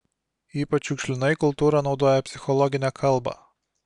ypač šiukšlinai kultūra naudoja psichologinę kalbą